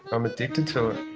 i'm addicted to it.